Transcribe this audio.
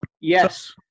Yes